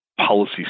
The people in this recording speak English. policy